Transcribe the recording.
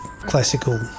classical